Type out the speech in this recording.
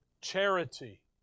charity